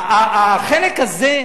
החלק הזה,